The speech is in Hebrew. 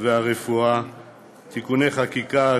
(תיקוני חקיקה),